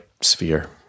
sphere